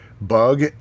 bug